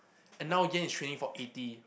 and now yen is trading for eighty